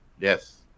Yes